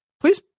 Please